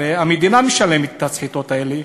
הרי המדינה משלמת את הסחיטות האלה,